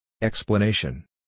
Explanation